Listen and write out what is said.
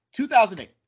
2008